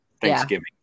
Thanksgiving